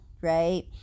right